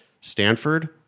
Stanford